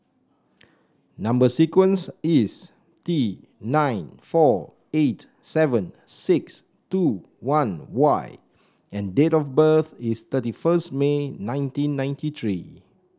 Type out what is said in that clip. number sequence is T nine four eight seven six two one Y and date of birth is thirty first May nineteen ninety three